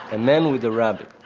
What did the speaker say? and man with a rabbit.